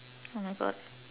oh my god